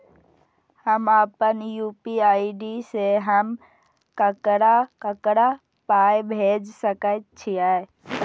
हम आपन यू.पी.आई से हम ककरा ककरा पाय भेज सकै छीयै?